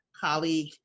colleague